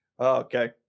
Okay